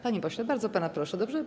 Panie pośle, bardzo pana proszę, dobrze?